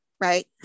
right